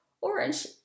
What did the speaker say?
orange